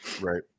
Right